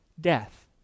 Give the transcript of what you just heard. death